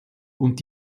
und